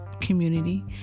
community